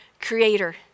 creator